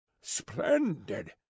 Splendid